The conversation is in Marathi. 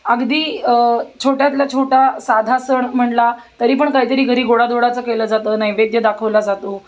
अगदी छोट्यातल्या छोटा साधा सण म्हणला तरी पण काहीतरी घरी गोडाधोडाचं केलं जातं नैवेद्य दाखवला जातो